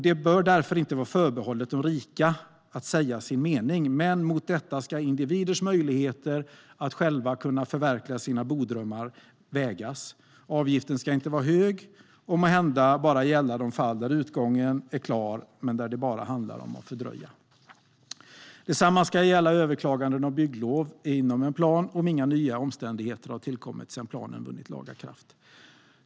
Det bör inte vara förbehållet de rika att säga sin mening, men mot detta ska individers möjligheter att själva förverkliga sina bodrömmar vägas. Avgiften ska inte vara hög och måhända gälla bara de fall där utgången är klar men där det bara handlar om att fördröja. Detsamma ska gälla överklaganden av bygglov inom en plan, om inga nya omständigheter har tillkommit sedan planen vunnit laga kraft.